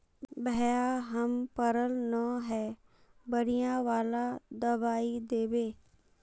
भैया हम पढ़ल न है बढ़िया वाला दबाइ देबे?